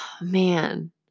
man